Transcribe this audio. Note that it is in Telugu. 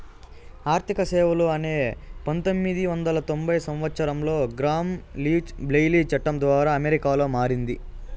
ఆర్థిక సేవలు అనే పదం పంతొమ్మిది వందల తొంభై సంవచ్చరంలో గ్రామ్ లీచ్ బ్లెయిలీ చట్టం ద్వారా అమెరికాలో మారింది